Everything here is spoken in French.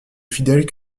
fidèles